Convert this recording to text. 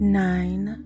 nine